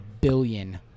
billion